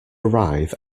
arrive